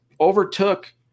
overtook